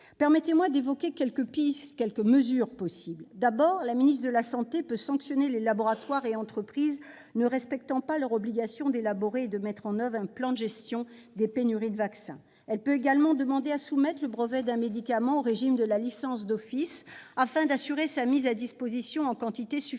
Permettez-moi d'évoquer quelques-unes des mesures possibles. D'abord, la ministre de la santé peut sanctionner les laboratoires et les entreprises ne respectant pas « leur obligation d'élaborer et de mettre en oeuvre un plan de gestion des pénuries de vaccins ». Elle peut également soumettre le brevet d'un médicament au régime de la licence d'office afin d'assurer sa mise à disposition en quantité suffisante.